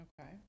Okay